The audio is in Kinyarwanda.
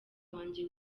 wanjye